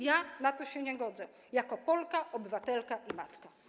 Ja na to się nie godzę jako Polka, obywatelka i matka.